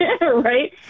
Right